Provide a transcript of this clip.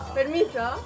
Permiso